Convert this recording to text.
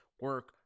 Work